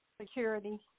Security